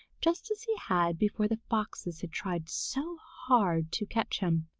just as he had before the foxes had tried so hard to catch him.